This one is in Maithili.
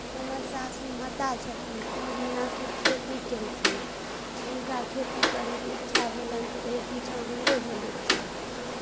हमर सासू माता छथिन ओ जेनाकि खेती कयलखिन हुनका खेती करैके इच्छा भेलनि तऽ ओहि पीछाँ हमरो भेल इच्छा